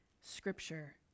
scripture